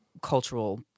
cultural